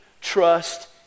trust